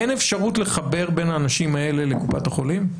אין אפשרות לחבר בין האנשים האלה לקופת החולים?